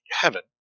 heaven